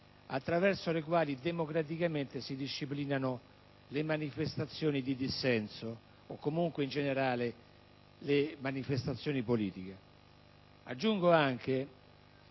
attraverso i quali, democraticamente, si disciplinano le manifestazioni di dissenso o, comunque, in generale le manifestazioni politiche.